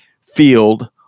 Field